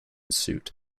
suit